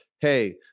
hey